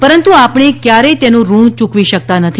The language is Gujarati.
પરંતુ આપણે કયારેથ તેનું ઋણ ચુકવી શકતા નથી